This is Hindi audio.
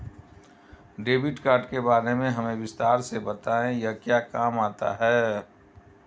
डेबिट कार्ड के बारे में हमें विस्तार से बताएं यह क्या काम आता है?